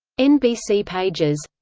nbc pages